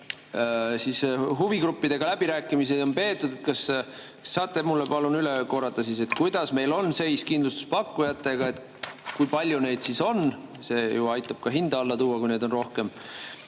on huvigruppidega läbirääkimisi peetud, siis kas saate mulle palun üle korrata, kuidas meil on seis kindlustuspakkujatega? Kui palju neid on? See aitab ju ka hinda alla tuua, kui neid on rohkem.